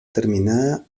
terminada